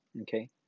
Okay